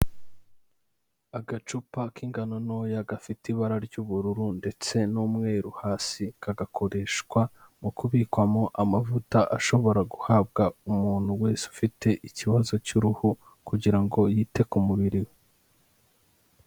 Agacupa k'ingano ntoya gafite ibara ry'ubururu ndetse n'umweru hasi, kagakoreshwa mu kubikwamo amavuta ashobora guhabwa umuntu wese ufite ikibazo cy'uruhu kugira ngo yite ku mubiri we.